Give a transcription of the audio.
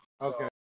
Okay